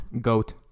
Goat